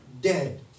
dead